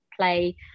play